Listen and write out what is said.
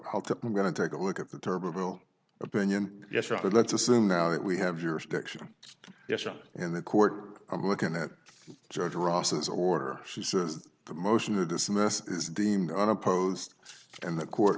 bill opinion yes but let's assume now that we have jurisdiction in the court i'm looking at judge ross's order she says the motion to dismiss is deemed unopposed and the court